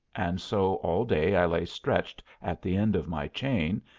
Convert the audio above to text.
and so all day i lay stretched at the end of my chain,